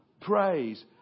Praise